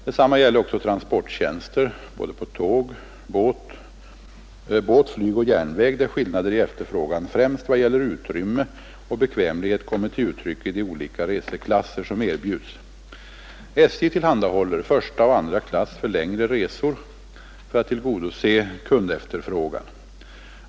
Detsamma gäller också transporttjänster på båt, flyg och järnväg, där skillnader i efterfrågan främst i vad avser utrymme och bekvämlighet kommer till uttryck i de olika reseklasser som erbjuds. SJ tillhandahåller första och andra klass för längre resor för att tillgodose kundefterfrågan.